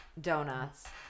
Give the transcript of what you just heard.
donuts